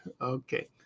Okay